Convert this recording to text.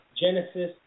Genesis